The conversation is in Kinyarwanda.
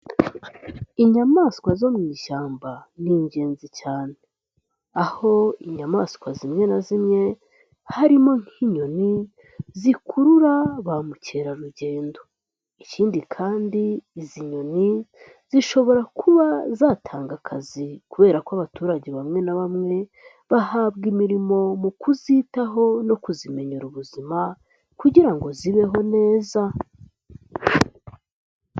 Inyamaswa zo mu ishyamba ni ingenzi cyane, aho inyamaswa zimwe na zimwe harimo nk'inyoni zikurura ba mukerarugendo. Ikindi kandi, izi nyoni zishobora kuba zatanga akazi kubera ko abaturage bamwe na bamwe bahabwa imirimo mu kuzitaho no kuzimenyera ubuzima kugira ngo zibeho neza.